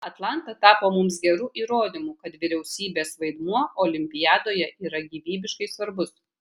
atlanta tapo mums geru įrodymu kad vyriausybės vaidmuo olimpiadoje yra gyvybiškai svarbus